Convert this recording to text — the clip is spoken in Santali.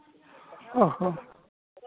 ᱚ ᱦᱚᱸ